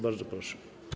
Bardzo proszę.